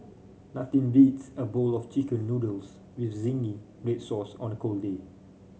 nothing beats a bowl of chicken noodles with zingy red sauce on a cold day